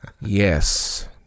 Yes